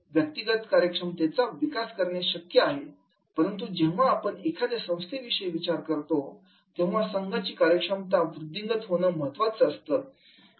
व्यक्तिगत कार्यक्षमतेचा विकास करणे शक्य आहे परंतु जेव्हा आपण एखाद्या संस्थेविषयी विचार करतो तेव्हा संघाची कार्यक्षमता वृद्धिंगत होणे महत्त्वाचं असतं